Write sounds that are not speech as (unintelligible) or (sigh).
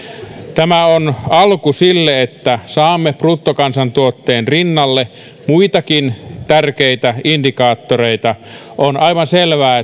tämä on alku sille että saamme bruttokansantuotteen rinnalle muitakin tärkeitä indikaattoreita on aivan selvää (unintelligible)